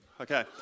okay